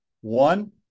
One